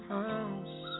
house